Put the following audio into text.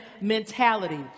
mentality